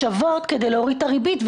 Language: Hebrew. הערבויות שוות כדי להוריד את הריבית,